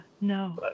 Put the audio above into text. no